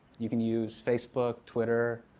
you can use facebook, twitter.